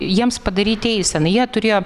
jiems padaryti eiseną jie turėjo